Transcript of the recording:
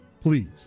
please